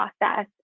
process